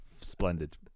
Splendid